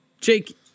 Jake